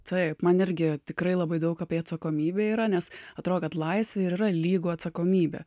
taip man energija tikrai labai daug apie atsakomybę yra nes atrodo kad laisvė yra lygu atsakomybė